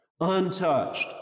untouched